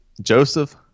Joseph